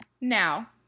Now